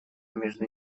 между